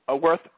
worth